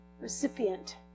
recipient